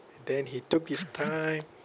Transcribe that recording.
then he took his time